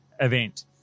event